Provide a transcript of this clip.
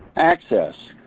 access,